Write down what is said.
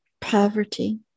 Poverty